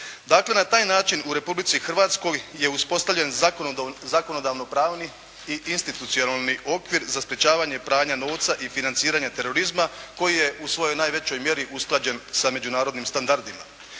Dakle, na taj način u Republici Hrvatskoj je uspostavljen zakonodavno-pravni i institucionalni okvir za sprječavanje pranja novca i financiranje terorizma koji je u svojoj najvećoj mjeri usklađen sa međunarodnim standardima.